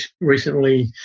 recently